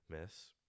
miss